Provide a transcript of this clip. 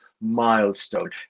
milestone